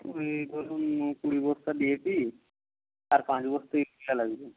ওই ধরুন কুড়ি বস্তা ডি এ পি আর পাঁচ বস্তা ইউরিয়া লাগবে